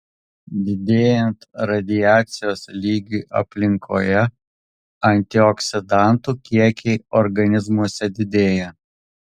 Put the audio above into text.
didėjant radiacijos lygiui aplinkoje antioksidantų kiekiai organizmuose didėja